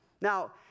Now